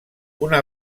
una